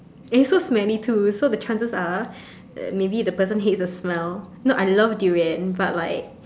it's so smelly too so the chances are maybe the person hates the smell no but I love durian but like